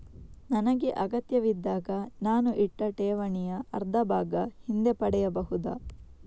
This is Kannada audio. ನನಗೆ ಅಗತ್ಯವಿದ್ದಾಗ ನಾನು ಇಟ್ಟ ಠೇವಣಿಯ ಅರ್ಧಭಾಗ ಹಿಂದೆ ಪಡೆಯಬಹುದಾ?